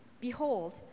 behold